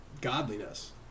godliness